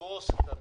ידרוס את המיעוט.